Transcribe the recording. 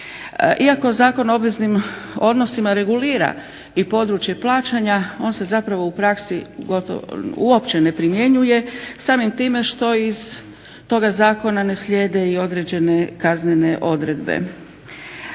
Iako Zakon o obveznim odnosima regulira i područje plaćanja on se zapravo u praksi uopće ne primjenjuje samim time što iz toga zakona slijede i određene kaznene odredbe.